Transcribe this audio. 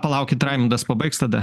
palaukit raimundas pabaigs tada